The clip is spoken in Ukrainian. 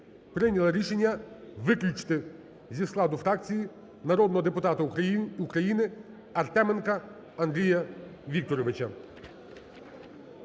прийняла рішення виключити зі складу фракції народного депутата України Артеменка Андрія Вікторовича.